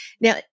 Now